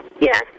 Yes